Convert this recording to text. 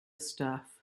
stuff